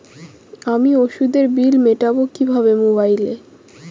আমি ওষুধের বিল মেটাব কিভাবে মোবাইলে?